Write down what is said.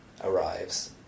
arrives